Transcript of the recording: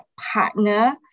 partner